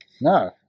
No